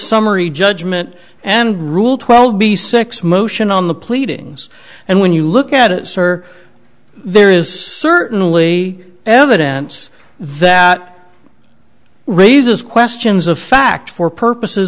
summary judgment and rule twelve b six motion on the pleadings and when you look at it sir there is certainly evidence that raises questions of fact for purposes